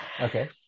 Okay